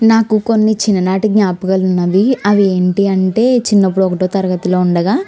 నాకు కొన్ని చిన్ననాటి జ్ఞాపకాలు ఉన్నవి అవి ఏంటంటే చిన్నప్పుడు ఒకటవ తరగతిలో ఉండగా